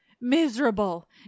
miserable